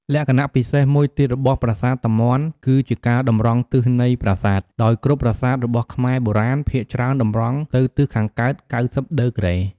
លក្ខណៈពិសេសមួយទៀតរបស់ ប្រាសាទតាមាន់ គឺជាការតម្រង់ទិសនៃប្រាសាទ ដោយគ្រប់ប្រាសាទរបស់ខ្មែរបុរាណ ភាគច្រើនតម្រង់ទៅទិសខាងកើត ៩០ ដឺក្រេ។